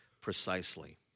precisely